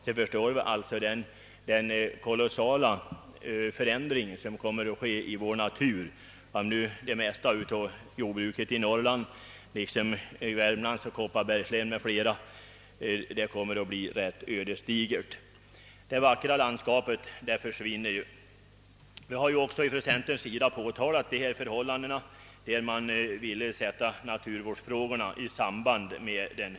Vi förstår vilken kolossal och ödesdiger förändring i naturen detta måste betyda, särskilt i Norrland liksom i Värmland och i Kopparbergs län. Det vackra landskapet försvinner. Inom centern har vi velat anknyta naturvårdsfrågorna till jordbrukspolitiken.